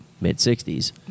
mid-60s